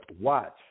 watch